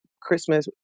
Christmas